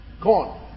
Corn